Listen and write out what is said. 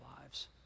lives